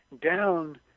down